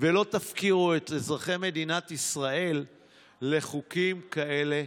ולא תפקירו את אזרחי מדינת ישראל לחוקים כאלה